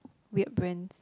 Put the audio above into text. weird brands